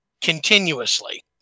continuously